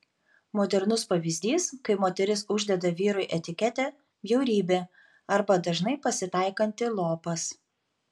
modernus pavyzdys kai moteris uždeda vyrui etiketę bjaurybė arba dažnai pasitaikantį lopas